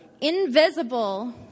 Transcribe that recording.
invisible